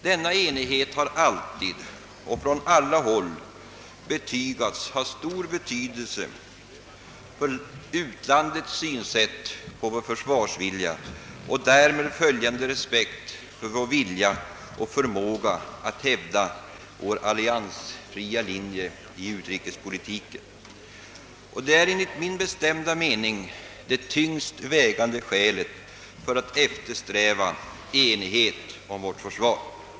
Denna enighet har alltid och från alla håll betygats ha stor betydelse för utlandets syn på vår försvarsvilja och därmed följande respekt för vår vilja och förmåga att hävda vår alliansfria linje i utrikespolitiken. Detta är enligt min bestämda mening det tyngst vägande skälet för att eftersträva enighet om vårt försvar.